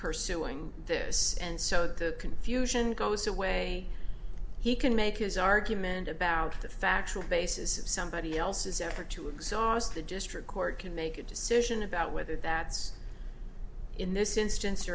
pursuing this and so the confusion goes away he can make his argument about the factual basis of somebody else's effort to exhaust the district court can make a decision about whether that's in this instance